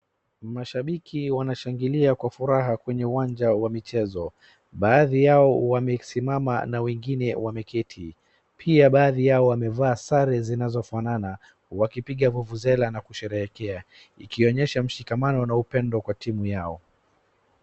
Mashabiki wanashangilia kwa furaha kwenye uwanjwa wa michezo. Baadhi yao wamesimama na wengine wameketi. Pia baadhi yao wamevaa sare zinazofanana wakipiga vuvuzela na kusherehekea. Ikionyesha mshikamnano na upendo kwa timu yao.